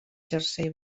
jersei